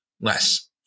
less